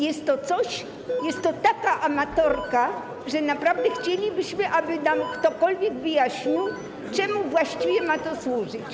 Jest to taka amatorka, że naprawdę chcielibyśmy, aby nam ktokolwiek wyjaśnił, czemu właściwie ma to służyć.